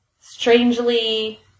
strangely